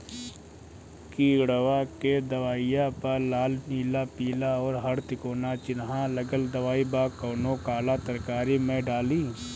किड़वा के दवाईया प लाल नीला पीला और हर तिकोना चिनहा लगल दवाई बा कौन काला तरकारी मैं डाली?